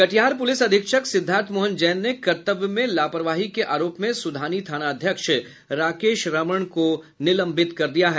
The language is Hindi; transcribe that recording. कटिहार पुलिस अधीक्षक सिद्धार्थमोहन जैन ने कर्तब्य में लापरवाही के आरोप में सुधानी थानाध्यक्ष राकेश रमण को निलंबित कर दिया है